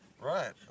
right